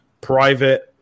private